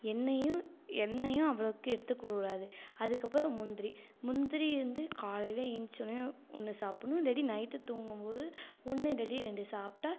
எண்ணெயும் எண்ணெயும் அவ்ளோக்கு எடுத்துக்கக்கூடாது அதுக்கப்புறம் முந்திரி முந்திரி வந்து காலையில் எழுந்திரிச்சோன்னேயும் ஒன்று சாப்பிட்ணும் இல்லாட்டி நைட்டு தூங்கும் போது ஒன்று இல்லாட்டி இரண்டு சாப்பிட்டா